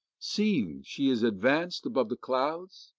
seeing she is advanc'd above the clouds,